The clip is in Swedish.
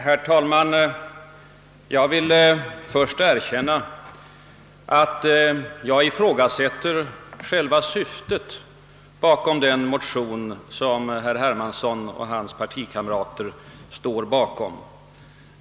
Herr talman! Jag vill först erkänna att jag ifrågasätter själva syftet bakom den motion som herr Hermansson och hans partikamrater står för.